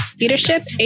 leadership